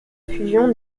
fusion